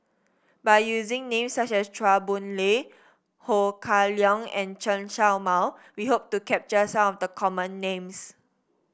by using names such as Chua Boon Lay Ho Kah Leong and Chen Show Mao we hope to capture some of the common names